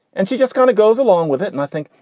and she just kind of goes along with it. and i think,